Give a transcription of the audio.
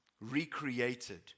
Recreated